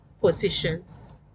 positions